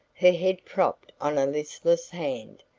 her head propped on listless hand.